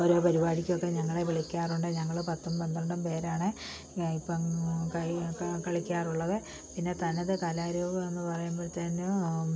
ഓരോ പരിപാടിക്കൊക്കെ ഞങ്ങളെ വിളിക്കാറുണ്ട് ഞങ്ങള് പത്തും പന്ത്രണ്ടും പേരാണ് ഇപ്പം കളി കളിക്കാറുള്ളത് പിന്നെ തനത് കലാരൂപം എന്ന് പറയുമ്പോഴത്തേക്കും